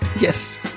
yes